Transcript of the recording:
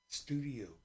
studio